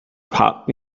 pop